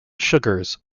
sugars